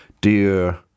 dear